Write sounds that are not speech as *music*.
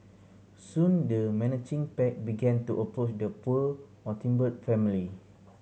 soon the menacing pack began to approach the poor *unintelligible* family